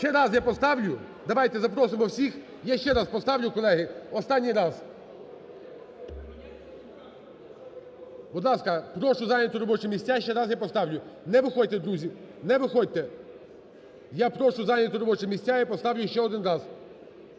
Ще раз я поставлю. Давайте запросимо всіх. Я ще раз поставлю, колеги, останній раз. Будь ласка, прошу зайняти робочі місця, ще раз я поставлю. Не виходьте, друзі, не виходьте! Я прошу зайняти робочі місця, я поставлю ще один раз.